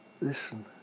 listen